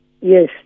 Yes